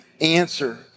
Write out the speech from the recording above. answer